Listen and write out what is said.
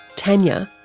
tanya,